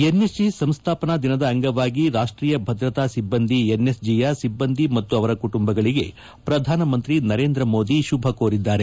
N S G ಸಂಸ್ಡಾಪನಾ ದಿನದ ಅಂಗವಾಗಿ ರಾಷ್ಟೀಯ ಭದ್ರತಾ ಸಿಬ್ಬಂದಿ ಎನ್ಎಸ್ಜಿಯ ಸಿಬ್ಬಂದಿ ಮತ್ತು ಅವರ ಕುಟುಂಬಗಳಿಗೆ ಪ್ರಧಾನಮಂತಿ ನರೇಂದ ಮೋದಿ ಶುಭ ಕೋರಿದ್ದಾರೆ